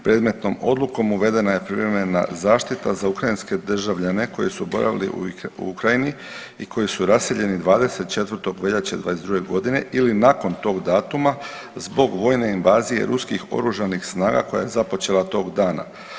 Predmetnom odlukom uvedena je privremena zaštita za ukrajinske državljane koji su boravili u Ukrajini i koji su raseljeni 24. veljače '22. godine ili nakon tog datuma zbog vojne invazije ruskih oružanih snaga koja je započela tog dana.